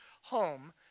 home